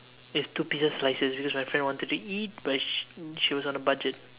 it's stupidest just like this because my friend wanted to eat but she she was on a budget